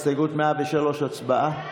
הסתייגות 103, הצבעה.